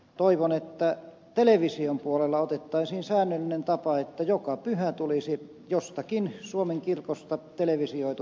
toivon että television puolella otettaisiin säännöllinen tapa että joka pyhä tulisi jostakin suomen kirkosta televisioitu päiväjumalanpalvelus